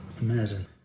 Amazing